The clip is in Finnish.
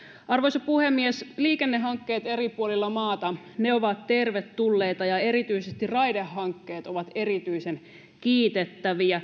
arvoisa puhemies liikennehankkeet eri puolilla maata ovat tervetulleita ja erityisesti raidehankkeet ovat erityisen kiitettäviä